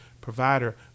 provider